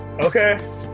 Okay